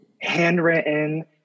Handwritten